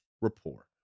rapport